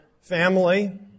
family